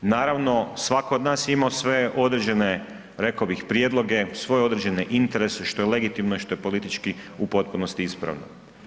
Naravno svako od nas je imamo svoje određene rekao bih prijedloge, svoje određene interese, što je legitimno i što je politički u potpunosti ispravno.